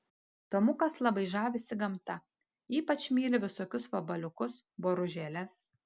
tomukas labai žavisi gamta ypač myli visokius vabaliukus boružėles